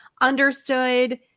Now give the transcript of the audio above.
understood